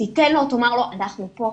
תיתן לו, שתאמר לו: אנחנו פה,